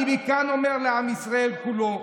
אני מכאן אומר לעם ישראל כולו: